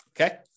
Okay